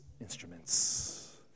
instruments